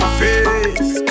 face